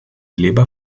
leber